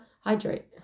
hydrate